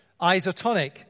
Isotonic